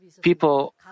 People